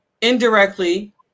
indirectly